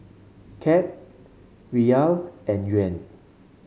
CAD Riyal and Yuan